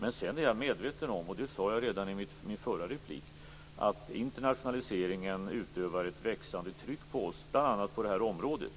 Jag är medveten om - och det sade jag redan i min förra replik - att internationaliseringen utövar ett växande tryck på oss, bl.a. på det området.